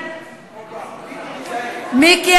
מיקי,